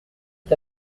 est